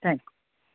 thanks